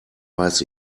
weiß